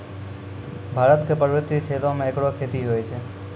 भारत क पर्वतीय क्षेत्रो म एकरो खेती होय छै